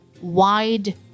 wide